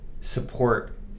support